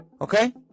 okay